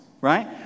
right